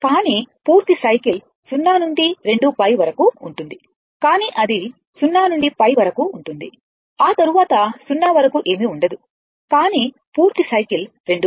కానీ పూర్తి సైకిల్ 0 నుండి 2π వరకు ఉంటుంది కానీ అది 0 నుండి π వరకు ఉంటుంది ఆ తరువాత 0 వరకు ఏమీ ఉండదు కానీ పూర్తి సైకిల్ 2 π